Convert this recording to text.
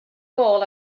gôl